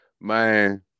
Man